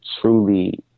truly